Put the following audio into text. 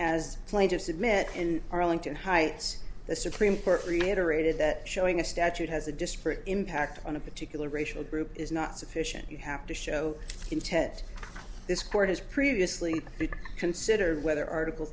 as plaintiffs admit in arlington heights the supreme court reiterated that showing a statute has a disparate impact on a particular racial group is not sufficient you have to show intent this court has previously to consider whether article